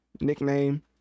nickname